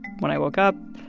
when i woke up,